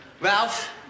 Ralph